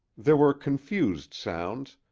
there were confused sounds,